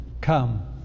come